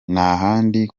n’ahandi